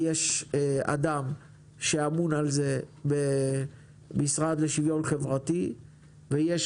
יש אדם שאמון על זה במשרד לשוויון חברתי ויש